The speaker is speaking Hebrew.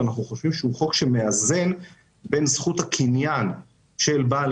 אנחנו חושבים שהוא מאזן בין זכות הקניין של בעל